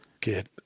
Get